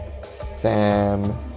Sam